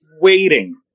waiting